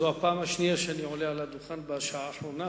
זו הפעם השנייה שאני עולה על הדוכן בשעה האחרונה.